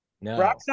No